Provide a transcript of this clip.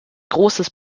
großes